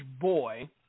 boy